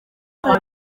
ibyo